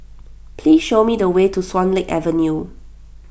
please show me the way to Swan Lake Avenue